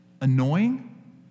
annoying